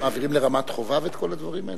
מעבירים לרמת-חובב את כל הדברים האלה?